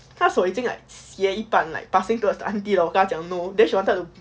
他手已经 like 写一半了 like passing towards the auntie 了我跟她讲:le wo gen tae jiang no then she wanted to